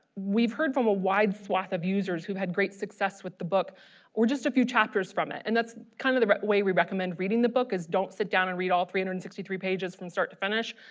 we've heard from a wide swath of users who've had great success with the book or just a few chapters from it and that's kind of the way we recommend reading the book is, don't sit down and read all three hundred and and sixty three pages from start to finish.